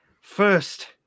first